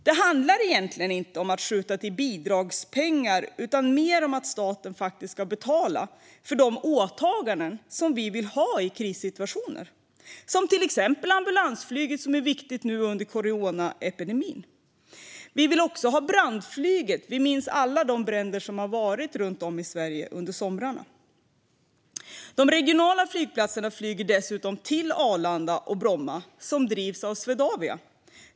Det handlar egentligen inte om att skjuta till bidragspengar utan mer om att staten faktiskt ska betala för de åtaganden som vi vill ha i krissituationer. Det gäller till exempel ambulansflyget, som är viktigt nu under coronapandemin. Vi vill också ha brandflyget. Vi minns alla de bränder som har varit runt om i Sverige under somrarna. Från de regionala flygplatserna flyger man dessutom till Arlanda och Bromma, som drivs av Swedavia.